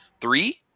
three